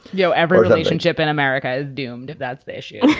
you know, every relationship in america is doomed if that's the issue